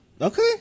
Okay